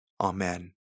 Amen